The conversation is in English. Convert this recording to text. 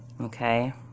Okay